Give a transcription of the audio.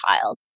child